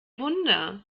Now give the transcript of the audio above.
wunder